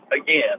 Again